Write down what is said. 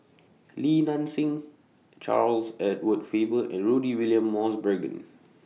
Li Nanxing Charles Edward Faber and Rudy William Mosbergen